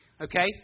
okay